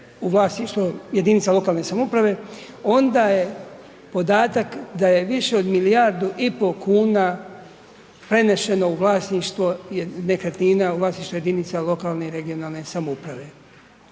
u vlasništvo jedinica lokalne samouprave, onda je podatak da je više od milijardu i pol kuna preneseno u vlasništvo nekretnina, u vlasništvo jedinica lokalne i regionalne samouprave.